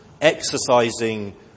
exercising